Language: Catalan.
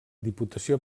diputació